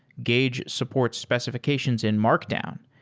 gauge supports specifi cations in markdown,